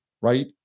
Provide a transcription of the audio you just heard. right